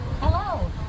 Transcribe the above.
Hello